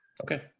okay